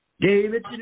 David